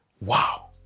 Wow